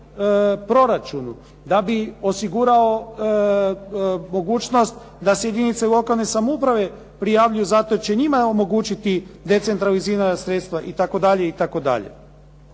da bi osigurao mogućnost da se jedinice lokalne samouprave prijavljuju za to jer će njima omogućiti decentralizirana sredstva itd.